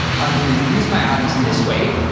i'm going to use my atoms in this way,